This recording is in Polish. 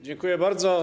Dziękuję bardzo.